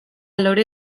lore